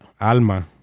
Alma